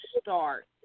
start